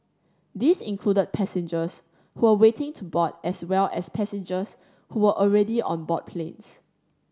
these included passengers who were waiting to board as well as passengers who were already on board planes